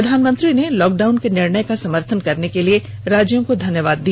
प्रधानमंत्री ने लॉकडाउन के निर्णय का समर्थन करने के लिए राज्यों को धन्यवाद दिया